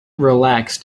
relaxed